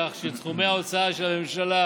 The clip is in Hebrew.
כך שסכומי ההוצאה שהממשלה